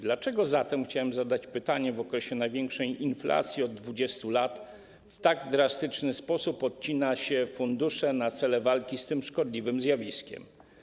Dlaczego zatem - chciałem zadać pytanie - w okresie największej inflacji od 20 lat w tak drastyczny sposób obcina się fundusze na cele walki z tym szkodliwym zjawiskiem?